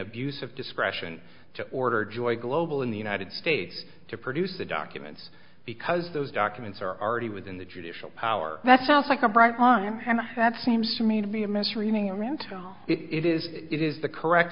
of discretion to order joy global in the united states to produce the documents because those documents are already within the judicial power that sounds like a bright line and that seems to me to be a misreading around it is it is the correct